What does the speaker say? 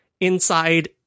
inside